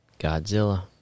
Godzilla